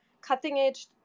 cutting-edge